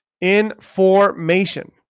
Information